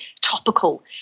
topical